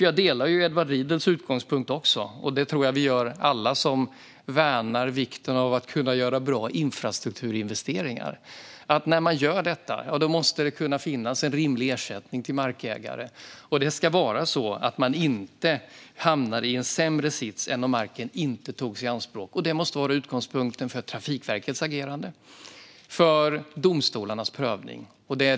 Jag delar Edward Riedls utgångspunkt, och det tror jag att alla gör som värnar vikten av att kunna göra bra infrastrukturinvesteringar. När man gör detta måste det finnas en rimlig ersättning till markägare. Den ska vara sådan att man inte hamnar i en sämre sits än om marken inte togs i anspråk. Detta måste vara utgångspunkten för Trafikverkets agerande och för domstolarnas prövning.